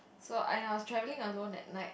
so and I was travelling alone at night